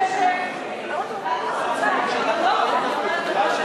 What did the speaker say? ולכן כבר עשר דקות כולם רבים על הקרדיט.